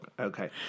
okay